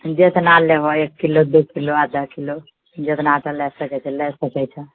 जेतना लेबऽ एक किलो दू किलो आधा किलो जेतनासँ लए सकै छऽ लए सकै छऽ